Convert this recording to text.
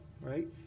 right